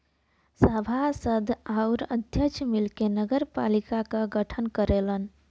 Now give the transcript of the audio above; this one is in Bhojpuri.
सभासद आउर अध्यक्ष मिलके नगरपालिका क गठन करलन